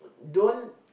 don't